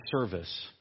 service